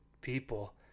people